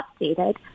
updated